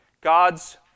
God's